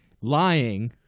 lying